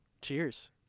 Cheers